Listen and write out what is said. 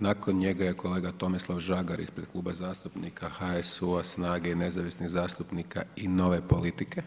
Nakon njega je kolega Tomislav Žagar ispred Klub zastupnika HUSU-a, SNAGA-e i nezavisnih zastupnika i Nove politike,